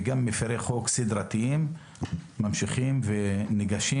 וגם מפירי חוק סדרתיים ממשיכים וניגשים